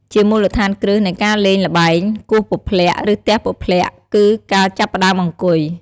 ជាមូលដ្ឋានគ្រឹះនៃការលេងល្បែង គោះពព្លាក់ ឬទះពព្លាក់ គឺការចាប់ផ្ដើមអង្គុយ។